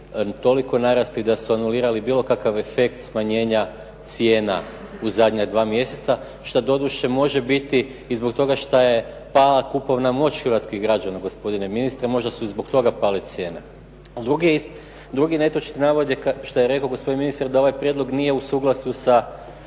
toliko narasli da su anulirali bilo kakav efekt smanjenja cijena u zadnja dva mjeseca što doduše može biti i zbog toga šta je pala kupovna moć hrvatskih građana gospodine ministre, možda su i zbog toga pale cijene. Drugi netočni navod je kao što je rekao gospodin ministar da ovaj prijedlog nije u suglasju sa